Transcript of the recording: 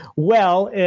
well,